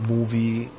Movie